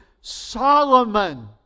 Solomon